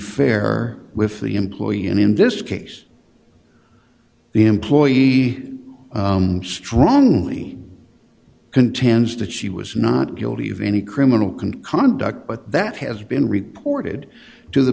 fair with the employee and in this case the employee strongly contends that she was not guilty of any criminal can conduct but that has been reported to the